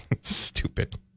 Stupid